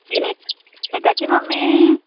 विनीत विनिताची मम्मी